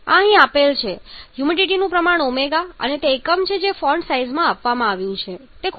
આ અહીં આપેલ છે હ્યુમિડિટીનું પ્રમાણ ω અને તે એકમ છે જે ફોન્ટ સાઇઝમાં આપવામાં આવ્યું છે તે ખૂબ નાનું છે